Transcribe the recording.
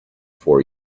for